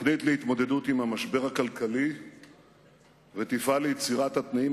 הממשלה תקדם תוכנית להתמודדות עם המשבר הכלכלי ותפעל ליצירת התנאים